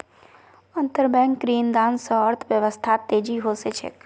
अंतरबैंक ऋणदान स अर्थव्यवस्थात तेजी ओसे छेक